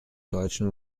deutschen